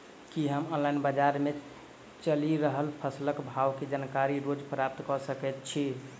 की हम ऑनलाइन, बजार मे चलि रहल फसलक भाव केँ जानकारी रोज प्राप्त कऽ सकैत छी?